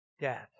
Death